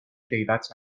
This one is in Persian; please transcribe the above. غیبت